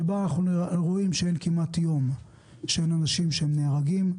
שבהם אנחנו רואים שאין כמעט יום שאין אנשים שנהרגים.